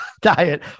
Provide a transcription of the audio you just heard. diet